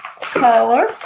color